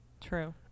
True